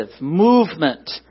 movement